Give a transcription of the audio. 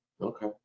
Okay